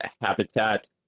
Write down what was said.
habitat